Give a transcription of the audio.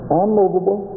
unmovable